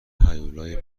هیولای